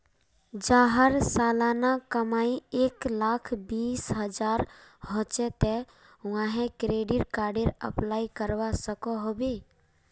जहार सालाना कमाई एक लाख बीस हजार होचे ते वाहें क्रेडिट कार्डेर अप्लाई करवा सकोहो होबे?